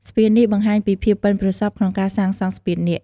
ស្ពាននេះបង្ហាញពីភាពប៉ិនប្រសប់ក្នុងការសាងសង់ស្ពាននាគ។